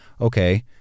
okay